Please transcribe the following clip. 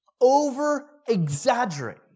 over-exaggerate